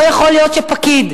לא יכול להיות שפקיד,